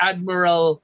Admiral